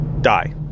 die